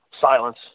Silence